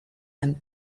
and